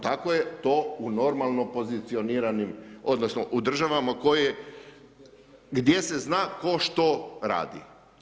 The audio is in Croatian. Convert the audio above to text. Tako je to u normalno pozicioniranim odnosno u državama koje, gdje se zna tko što radi.